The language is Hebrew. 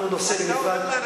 אנחנו נושא נפרד.